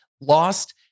lost